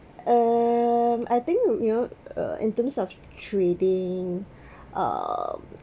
um I think you uh in terms of trading uh